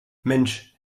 mensch